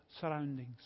surroundings